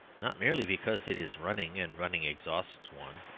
not merely because it is running, and running exhausts one.